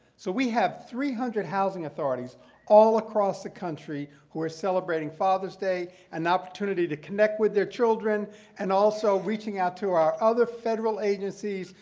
so we have three hundred housing authorities all across the country who are celebrating father's day, an opportunity to connect with their children and also reaching out to our other federal agencies,